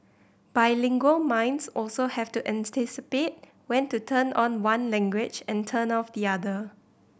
bilingual minds also have to when to turn on one language and turn off the other